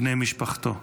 בני משפחתו.